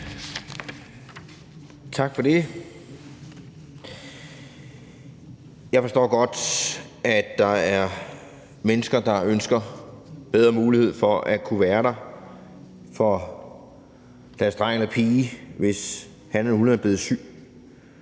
Tak for det. Jeg forstår godt, at der er mennesker, der ønsker en bedre mulighed for at kunne være der for deres dreng eller pige, hvis han eller hun er blevet syg.